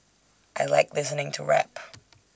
I Like listening to rap